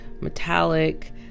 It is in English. metallic